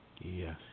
Yes